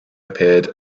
appeared